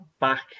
back